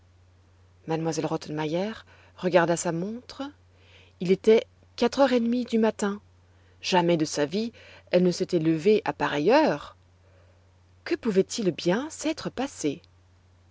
m elle rottenmeier regarda sa montre il était quatre heures et demie du matin jamais de sa vie elle ne s'était levée à pareille heure que pouvait-il bien s'être passé